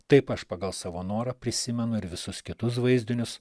taip aš pagal savo norą prisimenu ir visus kitus vaizdinius